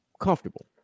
comfortable